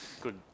good